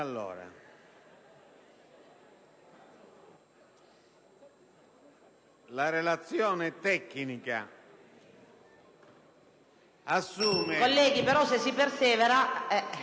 Allora, la relazione tecnica assume...